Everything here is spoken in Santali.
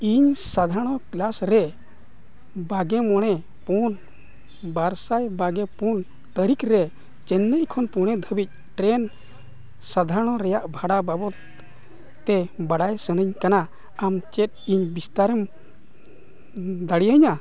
ᱤᱧ ᱥᱟᱫᱷᱟᱨᱚᱱ ᱠᱮᱞᱟᱥ ᱨᱮ ᱵᱟᱜᱮ ᱢᱚᱬᱮ ᱯᱩᱱ ᱵᱟᱨ ᱥᱟᱭ ᱵᱟᱜᱮ ᱯᱩᱱ ᱛᱟᱹᱨᱤᱠᱷ ᱨᱮ ᱪᱮᱱᱱᱟᱭ ᱠᱷᱚᱱ ᱯᱩᱱᱮ ᱫᱷᱟᱹᱵᱤᱡ ᱴᱨᱮᱱ ᱥᱟᱫᱷᱟᱨᱚᱱ ᱨᱮᱭᱟᱜ ᱵᱷᱟᱲᱟ ᱵᱟᱵᱚᱫ ᱛᱮ ᱵᱟᱲᱟᱭ ᱥᱟᱱᱟᱧ ᱠᱟᱱᱟ ᱟᱢ ᱪᱮᱫ ᱤᱧ ᱵᱤᱥᱛᱟᱨᱮᱢ ᱫᱟᱲᱮᱭᱟᱹᱧᱟ